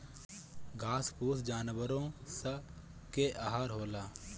घास फूस जानवरो स के आहार होला